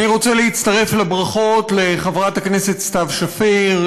אני רוצה להצטרף לברכות לחברת הכנסת סתיו שפיר,